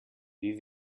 wie